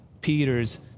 Peter's